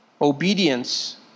obedience